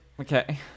Okay